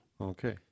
Okay